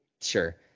Sure